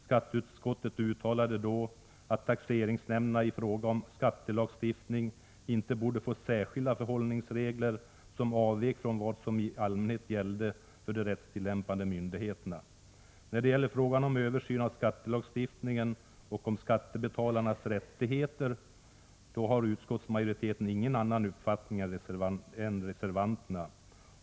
Skatteutskottet uttalade då, att taxeringsnämnderna i fråga om skattelagstiftningen inte borde få särskilda förhållningsregler, som avvek från vad som i allmänhet gällde för de rättstillämpande myndigheterna. När det gäller frågan om en översyn av skattelagstiftningen och om skattebetalarnas rättigheter, har utskottsmajoriteten ingen annan uppfattning än reservanterna.